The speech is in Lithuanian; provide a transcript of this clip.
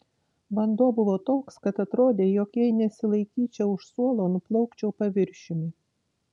vanduo buvo toks kad atrodė jog jei nesilaikyčiau už suolo nuplaukčiau paviršiumi